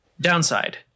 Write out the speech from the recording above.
Downside